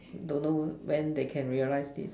don't know when they can realize this